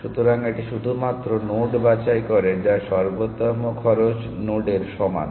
সুতরাং এটি শুধুমাত্র নোড বাছাই করে যা সর্বোত্তম খরচ নোডের সমান